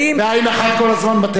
אני בעין אחת כל הזמן בטלוויזיה,